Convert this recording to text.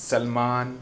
Salman